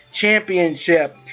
Championship